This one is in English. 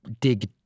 dig